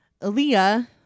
Aaliyah